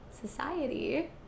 Society